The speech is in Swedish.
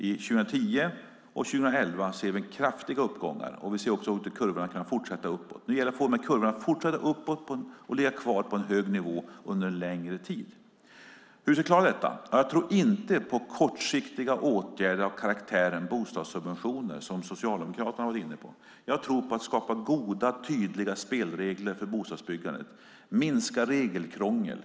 Under 2010 och 2011 ser vi kraftiga uppgångar, och kurvorna ser ut att kunna fortsätta uppåt. Nu gäller det att se till att få kurvorna att fortsätta uppåt och ligga kvar på en hög nivå under en längre tid. Hur ska vi kunna klara detta? Jag tror inte på kortsiktiga åtgärder av karaktären bostadssubventioner, som Socialdemokraterna har varit inne på. Jag tror på goda tydliga spelregler för bostadsbyggandet och minskat regelkrångel.